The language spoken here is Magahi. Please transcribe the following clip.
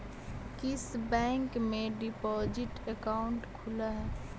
किस बैंक में डिपॉजिट अकाउंट खुलअ हई